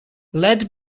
led